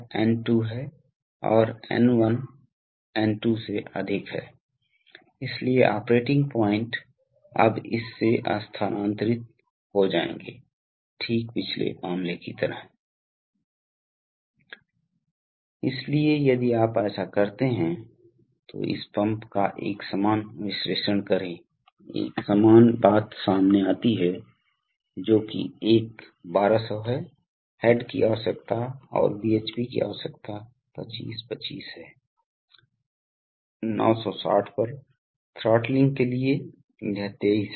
तो आपके पास हाइड्रोलिक पायलट हो सकते हैं आपके पास एयर पायलट हो सकते हैं इसलिए यहां तक कि एक बड़े न्यूमेटिक्स वाल्व को एक छोटे एयर पायलट द्वारा संचालित किया जा सकता है और या तो सोलनॉइड्स होंगे और कभी कभी जैसा कि हमने देखा है कि वे हो सकते हैं स्प्रिंग लोडेड ऐसा है कि विशेष रूप से रिटर्न स्ट्रोक जैसे कि एक एक्टुएशन बल की आवश्यकता नहीं होती है इसलिए ये एक दिशात्मक वाल्व को सक्रिय करने के विभिन्न तरीके हैं